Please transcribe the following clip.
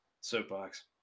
soapbox